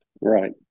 Right